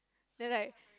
then I